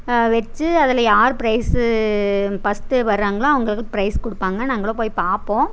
வச்சி அதில் யார் பிரைசு ஃபர்ஸ்ட்டு வரங்ளோ அவங்களுக்கு பிரைஸு கொடுப்பாங்க நாங்களும் போய் பார்ப்போம்